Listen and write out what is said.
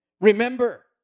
remember